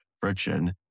friction